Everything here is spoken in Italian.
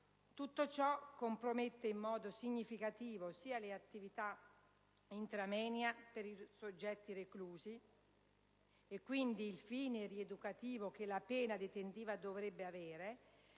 Tutto ciò compromette in modo significativo sia le attività *intramoenia* per i soggetti reclusi, e quindi il fine rieducativo che la pena detentiva dovrebbe avere,